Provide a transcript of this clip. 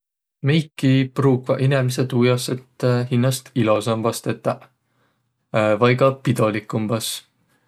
Meiki pruukvaq inemiseq tuu jaos, et hinnäst ilosambas tetäq. Vai ka pidolikumbas.